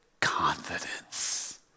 confidence